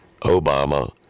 Obama